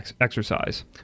exercise